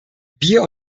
wir